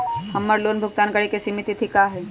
हमर लोन भुगतान करे के सिमित तिथि का हई?